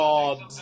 God